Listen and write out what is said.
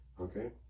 Okay